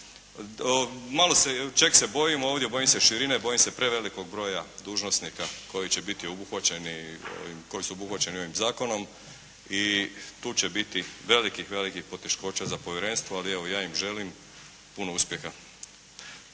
Malo se, čeg se bojim ovdje. Bojim se širine, bojim se prevelikog broja dužnosnika koji će biti obuhvaćeni, koji su obuhvaćeni ovim zakonom i tu će biti velikih, velikih poteškoća za povjerenstvo. Ali evo ja im želim puno uspjeha.